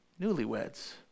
newlyweds